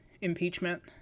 impeachment